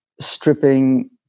stripping